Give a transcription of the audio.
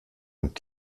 und